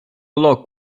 lock